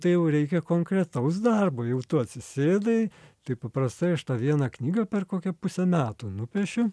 tai jau reikia konkretaus darbo jau tu atsisėdai tai paprastai aš tą vieną knygą per kokią pusę metų nupešiu